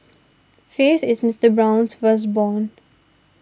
faith is Mister Brown's firstborn